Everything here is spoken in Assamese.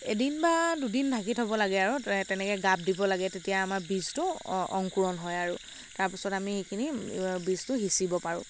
এদিন বা দুদিন ঢাকি থ'ব লাগে আৰু তেনেকে গাপ দিব লাগে তেতিয়া আমাৰ বীজটো অংকুৰণ হয় আৰু তাৰপিছত আমি এইখিনি বীজটো সিচিব পাৰোঁ